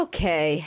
Okay